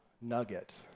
nugget